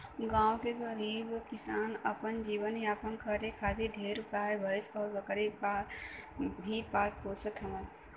गांव के गरीब किसान अपन जीवन यापन करे खातिर ढेर गाई भैस अउरी बकरी भेड़ ही पोसत बाने